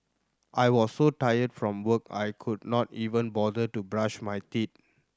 I was so tired from work I could not even bother to brush my teeth